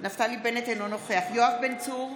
נפתלי בנט, אינו נוכח יואב בן צור,